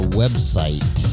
website